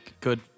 Good